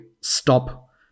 stop